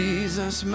Jesus